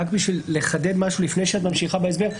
רק כדי לחדד משהו לפני שאת ממשיכה בהסבר.